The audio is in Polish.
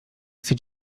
chce